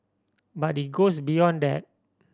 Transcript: but it goes beyond that